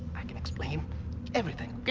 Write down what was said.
i can explain everything. okay,